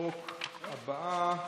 החוק הבאה,